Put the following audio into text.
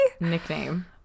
Nickname